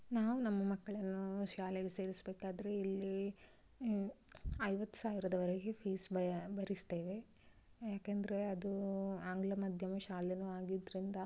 ನಾವು ನಮ್ಮ ಮಕ್ಕಳನ್ನು ಶಾಲೆಗೆ ಸೇರಿಸಬೇಕಾದ್ರೆ ಇಲ್ಲಿ ಐವತ್ತು ಸಾವಿರದವರೆಗೆ ಫೀಸ್ ಭರಿಸ್ತೇವೆ ಯಾಕೆಂದರೆ ಅದು ಆಂಗ್ಲ ಮಾಧ್ಯಮ ಶಾಲೆನೂ ಆಗಿದ್ದರಿಂದ